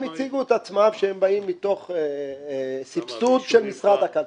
הם הציגו את עצמם שהם באים מתוך סבסוד של משרד הכלכלה.